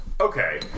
okay